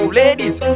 ladies